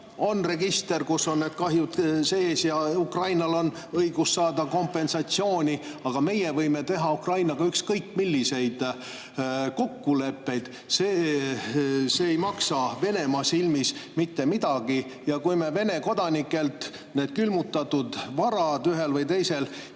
on register, kus on need kahjud sees, ja Ukrainal on õigus saada kompensatsiooni, aga meie võime teha Ukrainaga ükskõik milliseid kokkuleppeid, see ei maksa Venemaa silmis mitte midagi. Ja kui me Vene kodanikelt need külmutatud varad ühel või teisel